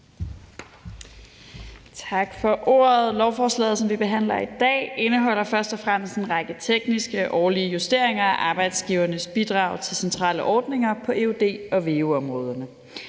Tak for ordet. Lovforslaget, som vi behandler her, indeholder først og fremmest en række tekniske årlige justeringer af arbejdsgivernes bidrag til centrale ordninger på eud- og veu-områderne.